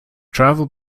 travel